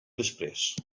després